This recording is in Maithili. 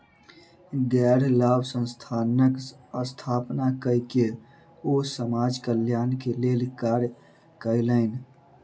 गैर लाभ संस्थानक स्थापना कय के ओ समाज कल्याण के लेल कार्य कयलैन